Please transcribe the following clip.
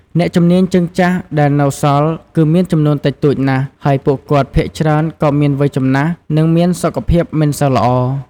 អ្នកជំនាញជើងចាស់ដែលនៅសល់ គឺមានចំនួនតិចតួចណាស់ ហើយពួកគាត់ភាគច្រើនក៏មានវ័យចំណាស់ និងមានសុខភាពមិនសូវល្អ។